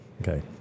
Okay